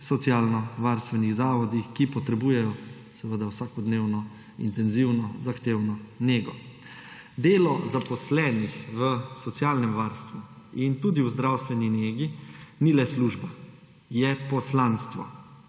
socialno-varstvenih zavodih, ki potrebujejo seveda vsakodnevno intenzivno zahtevno nego. Delo zaposlenih v socialnem varstvu in tudi v zdravstveni negi ni le služba. Je poslanstvo.